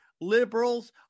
liberals